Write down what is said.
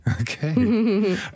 Okay